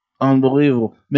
Unbelievable